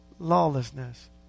Lawlessness